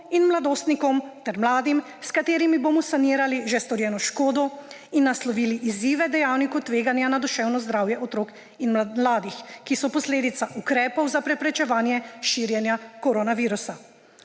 in mladostnikom ter mladim, s katerimi bomo sanirali že storjeno škodo in naslovili izzive dejavnikov tveganja na duševno zdravje otrok in mladih, ki so posledica ukrepov za preprečevanje širjenja koronavirusa.